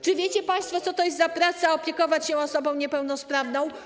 Czy wiecie państwo, co to jest za praca opiekować się osobą niepełnosprawną?